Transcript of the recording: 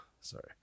Sorry